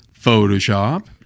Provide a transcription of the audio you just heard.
photoshop